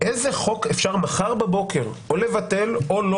איזה חוק אפשר מחר בבוקר או לבטל או לא